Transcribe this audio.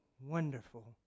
wonderful